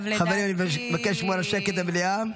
חברים, אני מבקש לשמור על שקט במליאה.